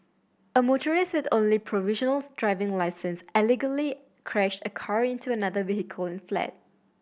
a motorist with only a provisional driving licence allegedly crashed a car into another vehicle and fled